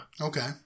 Okay